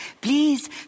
Please